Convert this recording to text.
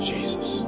Jesus